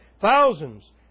Thousands